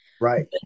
Right